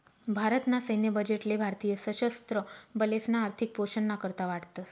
भारत ना सैन्य बजेट ले भारतीय सशस्त्र बलेसना आर्थिक पोषण ना करता वाटतस